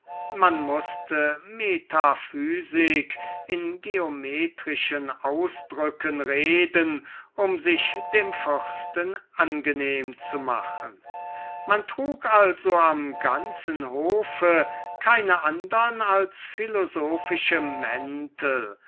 man mußte metaphysik in geometrischen ausdrücken reden um sich dem fürsten angenehm zu machen man trug also am ganzen hofe keine andre als philosophische mäntel